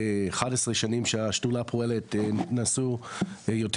באחת עשרה השנים שהשדולה פועלת נכנסו יותר